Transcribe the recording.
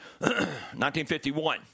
1951